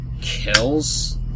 kills